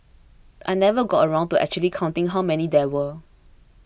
I never got around to actually counting how many there were